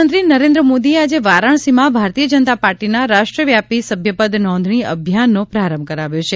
પ્રધાનમંત્રી નરેન્દ્ર મોદીએ આજે વારાણસીમાં ભારતીય જનતા પાર્ટીના રાષ્ટ્રવ્યાપી સભ્યપદ નોંધણી અભિયાનનો પ્રારંભ કરાવ્યો છે